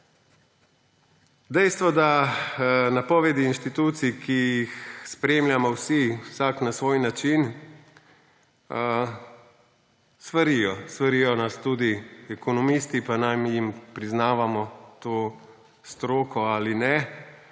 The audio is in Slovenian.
dejstvo je, da napovedi inštitucij, ki jih spremljamo vsi, vsak na svoj način, svarijo. Svarijo nas tudi ekonomisti, pa naj jim priznavamo to stroko ali ne